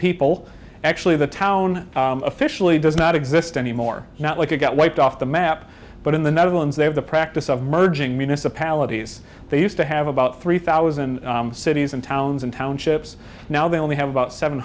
people actually the town officially does not exist anymore not like it got wiped off the map but in the netherlands they have the practice of merging municipalities they used to have about three thousand cities and towns and townships now they only have about seven